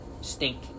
stink